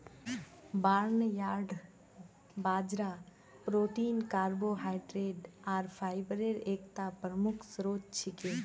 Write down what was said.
barnyard बाजरा protein carbohydrate आर fibre एकता प्रमुख स्रोत छिके